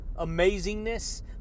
amazingness